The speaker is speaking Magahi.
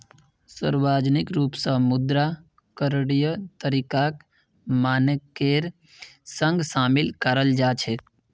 सार्वजनिक रूप स मुद्रा करणीय तरीकाक मानकेर संग शामिल कराल जा छेक